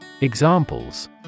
Examples